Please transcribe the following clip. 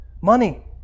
money